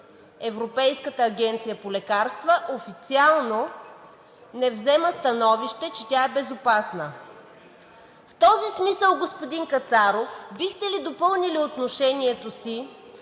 Европейската агенция по лекарствата – официално не взема становище, че тя е безопасна. В този смисъл, господин Кацаров, бихте ли допълнили отношението си